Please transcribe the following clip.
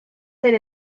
ser